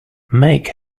make